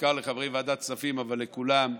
בעיקר לחברי ועדת כספים אבל לכולם,